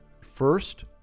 First